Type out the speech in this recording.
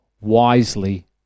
wisely